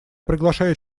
приглашаю